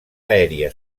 aèria